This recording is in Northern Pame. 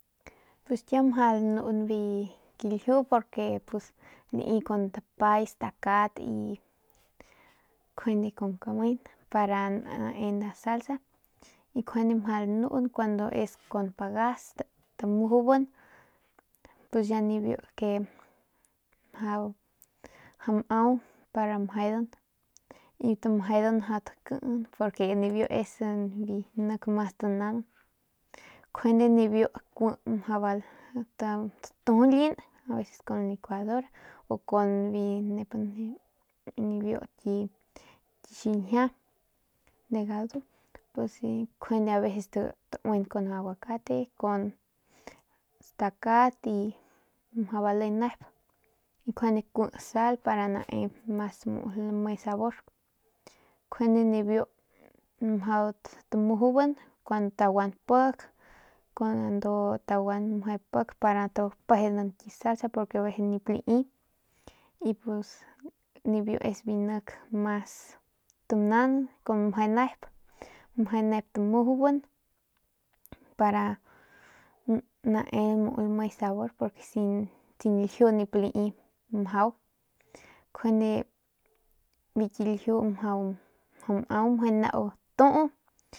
Pus kiau mjau lanun biu galjiu porque lai kun dapay stakat y njuande kun kamen para nae nda salsa y njuande mjau lanun kuandu es kun pagas tamujuban y ya nibiu que mjau mau para mejedan y tamejedan mjau takin porque nibiu es biu mas tanaunan njuande nibiu kiu mjau tatujulin aveces kun licuadora o aveces kun biu nep njeu nibiu ki xiljia de gadu pues aveces tauin kun aguacate con stakat y mjau bale nep y njuande kui sal pa nae mas lame sabor njuande nibiu mjau tamujuban kuandu pik kuandu taguan meje pik para y taguantapejenan ki salsa porqe aveces nip lai y pus nibiu biu nik mas tanaunan kun meje nep